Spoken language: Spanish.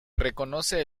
reconoce